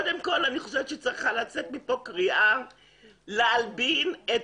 אני חושבת שצריכה לצאת מכאן קריאה להלבין את